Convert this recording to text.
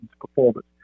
performance